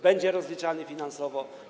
Będzie rozliczany finansowo.